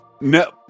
No